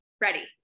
Ready